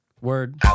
Word